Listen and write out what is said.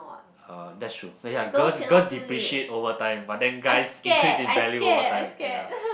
uh that's true uh ya girls girls depreciate over time but then guys increase in value over time ya